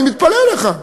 אני מתפלא עליך,